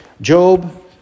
Job